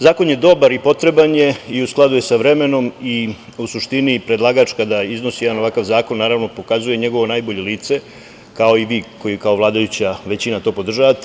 Zakon je dobar i potreban je i u skladu je sa vremenom i u suštini predlagač kada iznosi jedan ovakav zakona, naravno, pokazuje njegovo najbolje lice, kao i vi koji kao vladajuća većina to podržavati.